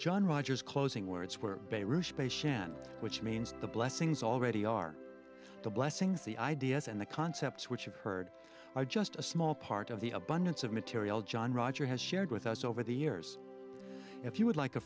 john rogers closing words where space shand which means the blessings already are the blessings the ideas and the concepts which you've heard are just a small part of the abundance of material john roger has shared with us over the years if you would like a